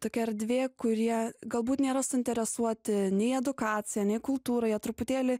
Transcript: tokia erdvė kurie galbūt nėra suinteresuoti nei edukacija nei kultūra jie truputėlį